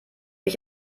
ich